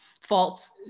false